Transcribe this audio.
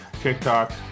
TikTok